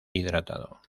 hidratado